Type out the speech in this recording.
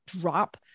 drop